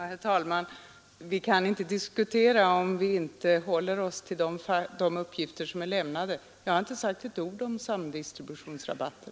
Herr talman! Vi kan inte diskutera, om vi inte håller oss till de uppgifter som är lämnade. Jag har inte sagt ett ord om samdistributionsrabatten.